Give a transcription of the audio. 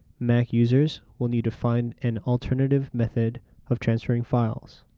mac users will need to find an alternative method of transferring files.